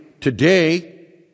today